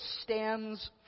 stands